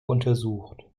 untersucht